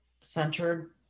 centered